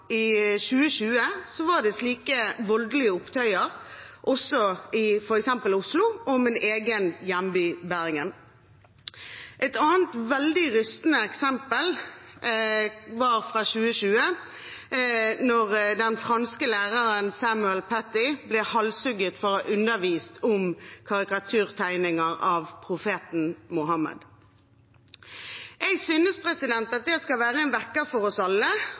I 2020 var det slike voldelige opptøyer også i f.eks. Oslo og i min egen hjemby, Bergen. Et annet, veldig rystende, eksempel var fra 2020, da den franske læreren Samuel Paty ble halshugd for å ha undervist om karikaturtegninger av profeten Mohammed. Jeg synes at det skal være en vekker for oss alle